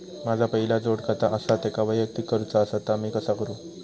माझा पहिला जोडखाता आसा त्याका वैयक्तिक करूचा असा ता मी कसा करू?